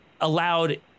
allowed